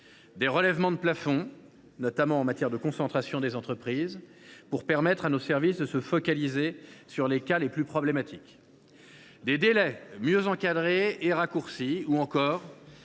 des relèvements de plafond, notamment en matière de concentrations des entreprises, pour permettre à nos services de se focaliser sur les cas les plus problématiques, des délais mieux encadrés et raccourcis, ou encore